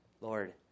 Lord